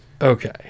Okay